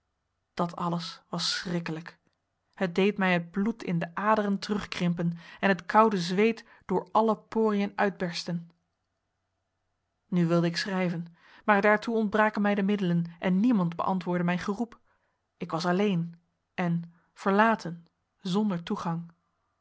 dat alles was schrikkelijk het deed mij het bloed in de aderen terugkrimpen en het koude zweet door alle poriën uitbersten nu wilde ik schrijven maar daartoe ontbraken mij de middelen en niemand beantwoordde mijn geroep ik was alleen en verlaten zonder toegang